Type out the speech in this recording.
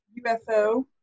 ufo